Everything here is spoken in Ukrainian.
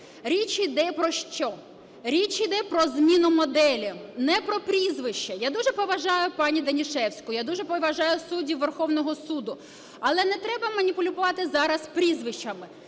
Річ йде про що? Річ йде про зміну моделі, не про прізвище. Я дуже поважаю пані Данішевську, я дуже поважаю суддів Верховного Суду, але не треба маніпулювати зараз прізвищами,